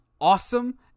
awesome